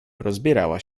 rozbierała